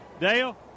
Dale